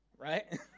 right